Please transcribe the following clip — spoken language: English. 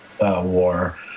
war